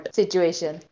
situation